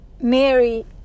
Mary